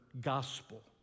gospel